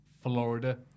Florida